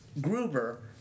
Gruber